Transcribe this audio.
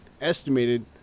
estimated